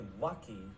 lucky